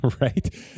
right